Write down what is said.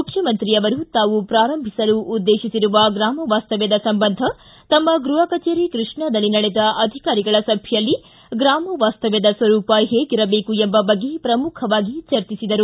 ಮುಖ್ಯಮಂತ್ರಿಯವರು ತಾವು ಪೂರಂಭಿಸಲು ಉದ್ದೇಶಿಸಿರುವ ಗೂಮ ವಾಸ್ತವ್ಯದ ಸಂಬಂಧ ತಮ್ಮ ಗೃಪ ಕಚೇರಿ ಕೃಷ್ಣಾದಲ್ಲಿ ನಡೆದ ಅಧಿಕಾರಿಗಳ ಸಭೆಯಲ್ಲಿ ಗ್ರಾಮ ವಾಸ್ತವ್ಯದ ಸ್ವರೂಪ ಹೇಗಿರಬೇಕು ಎಂಬ ಬಗ್ಗೆ ಪ್ರಮುಖವಾಗಿ ಚರ್ಜೆಸಿದರು